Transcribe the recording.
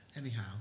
anyhow